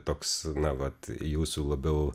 toks na vat jūsų labiau